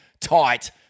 tight